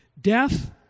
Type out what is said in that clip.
Death